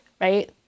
right